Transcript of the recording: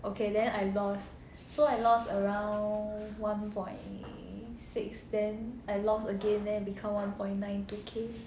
okay then I lost so I lost around one point six then I lost again then become one point nine two K